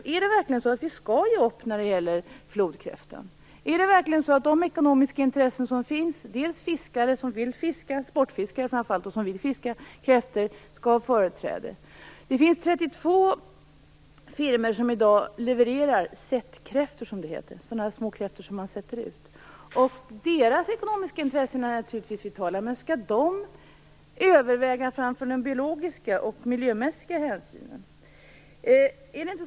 Skall vi verkligen ge upp när det gäller flodkräftan? Skall de ekonomiska intressena, framför allt sportfiskare som vill fiska kräftor, verkligen ha företräde? Det finns 32 firmor som i dag levererar sättkräftor, som det heter, dvs. småkräftor som man sätter ut. Deras ekonomiska intressen är naturligtvis vitala, men skall de överväga framför de biologiska och miljömässiga hänsynen?